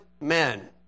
men